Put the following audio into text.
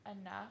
enough